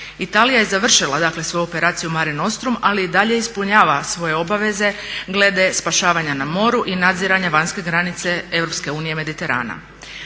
Italija je završila dakle svoju operaciju mare nostrum, ali i dalje ispunjava svoje obaveze glede spašavanja na moru i nadziranja vanjske granice Europske